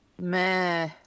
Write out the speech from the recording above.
Meh